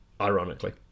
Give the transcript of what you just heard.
ironically